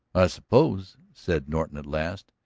i suppose, said norton at last,